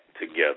together